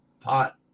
pot